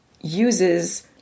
uses